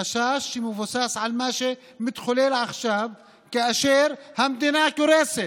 חשש שמבוסס על מה שמתחולל עכשיו כאשר המדינה קורסת.